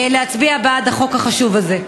להצביע בעד החוק החשוב הזה.